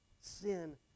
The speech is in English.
sin